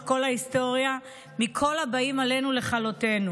כל ההיסטוריה מכל הבאים עלינו לכלותנו.